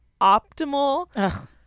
optimal